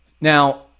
Now